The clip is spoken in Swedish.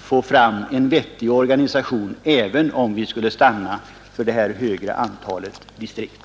få fram en vettig organisation, även om vi skulle stanna för det högre antalet distrikt.